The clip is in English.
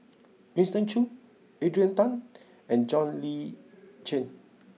Winston Choos Adrian Tan and John Le Cain